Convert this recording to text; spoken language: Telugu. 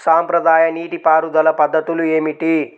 సాంప్రదాయ నీటి పారుదల పద్ధతులు ఏమిటి?